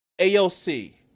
AOC